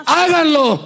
háganlo